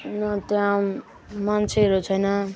अनि त्यहाँ मान्छेहरू छैन